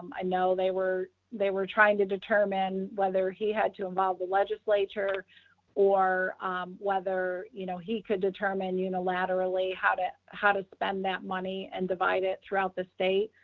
i know they were they were trying to determine whether he had to involve the legislature or whether, you know, he could determine unilaterally how to how to spend that money and divide it throughout the state.